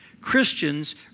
Christians